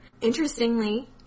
Interestingly